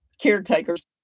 caretakers